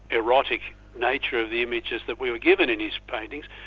erotic nature of the images that we were given in his paintings.